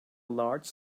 large